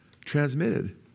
transmitted